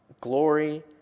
glory